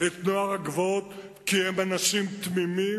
את נוער הגבעות כי הם אנשים תמימים,